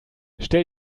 stell